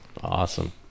awesome